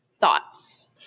Thoughts